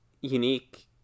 unique